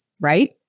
right